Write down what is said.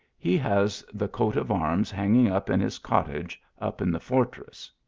he has the coat of arms hanging up in his cot tage, up in the fortress.